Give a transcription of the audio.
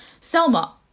Selma